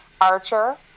Archer